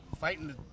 fighting